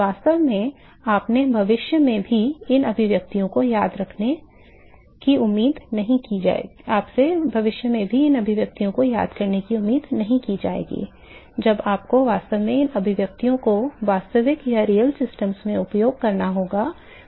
वास्तव में आपसे भविष्य में भी इन अभिव्यक्तियों को याद रखने की उम्मीद नहीं की जाएगी जब आपको वास्तव में इन अभिव्यक्तियों को वास्तविक प्रणालियों में उपयोग करना होगा